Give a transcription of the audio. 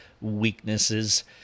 weaknesses